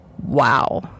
wow